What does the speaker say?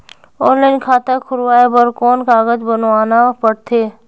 Online खाता खुलवाय बर कौन कागज बनवाना पड़थे?